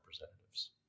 Representatives